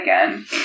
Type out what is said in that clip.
again